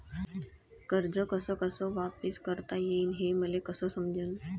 कर्ज कस कस वापिस करता येईन, हे मले कस समजनं?